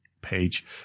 page